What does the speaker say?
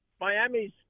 Miami's